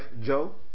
Joe